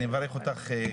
אני מברך אותך,